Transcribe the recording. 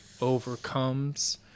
overcomes